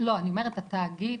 לא, אני אומרת, התאגיד,